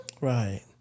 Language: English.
Right